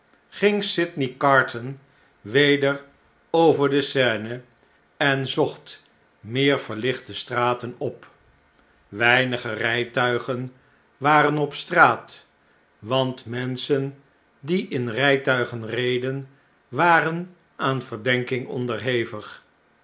ging sydney carton weder over de seine en zocht de meer verlichte straten op weinige rjjtuigen waren op straat want menschen die in rijtuigen reden waren aan verdenking onderhevig